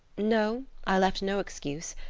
no, i left no excuse.